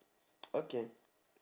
okay